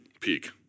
peak